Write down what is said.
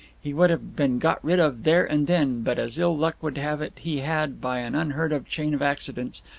he would have been got rid of there and then, but as ill-luck would have it he had, by an unheard-of chain of accidents,